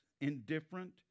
indifferent